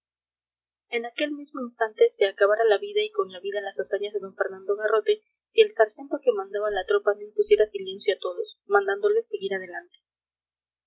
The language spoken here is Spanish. en aquel mismo instante se acabara la vida y con la vida las hazañas de d fernando garrote si el sargento que mandaba la tropa no impusiera silencio a todos mandándoles seguir adelante